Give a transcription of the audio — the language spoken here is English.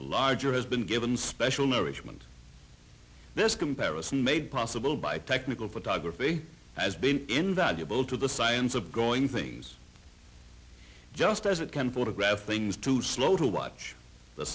larger has been given special nourishment this comparison made possible by technical photography has been invaluable to the science of going things just as it can photograph things too slow to watch the